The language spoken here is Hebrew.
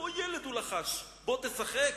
'בוא ילד', הוא לחש, 'בוא תשחק'."